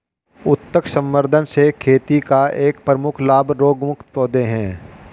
उत्तक संवर्धन से खेती का एक प्रमुख लाभ रोगमुक्त पौधे हैं